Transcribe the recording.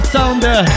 Sounder